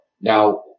Now